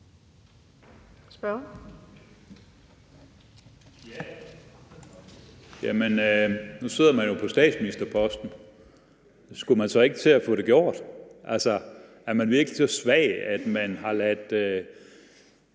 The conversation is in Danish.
Peter Skaarup (DD): Nu sidder man jo på statsministerposten, så skulle man ikke til at få det gjort? Altså, er man virkelig så svag, at man har ladet